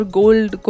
gold